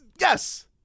Yes